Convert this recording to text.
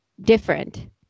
different